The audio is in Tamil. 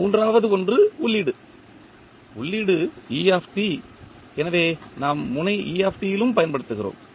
மூன்றாவது ஒன்று உள்ளீடு உள்ளீடு எனவே நாம் முனை யிலும் பயன்படுத்துகிறோம்